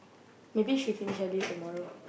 maybe she finish early tomorrow